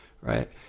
right